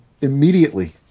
immediately